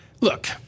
Look